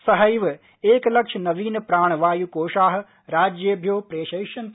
सहैव एकलक्ष नवीन प्राणवायु कोषाः राज्येभ्यो प्रेषयिष्यन्ते